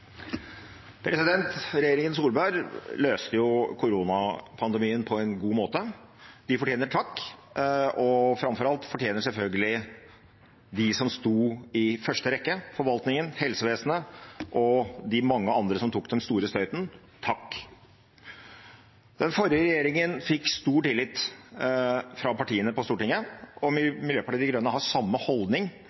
Regjeringen Solberg løste koronapandemien på en god måte. De fortjener takk, og framfor alt fortjener selvfølgelig de som sto i første rekke – forvaltningen, helsevesenet – og de mange andre som tok den store støyten, takk. Den forrige regjeringen fikk stor tillit fra partiene på Stortinget, og Miljøpartiet De Grønne har samme holdning